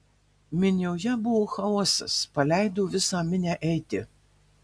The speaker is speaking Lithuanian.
minioje buvo chaosas paleido visą minią eiti